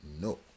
no